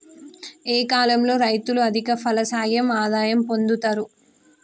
ఏ కాలం లో రైతులు అధిక ఫలసాయం ఆదాయం పొందుతరు?